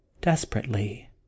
desperately